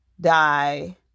die